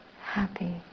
happy